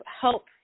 help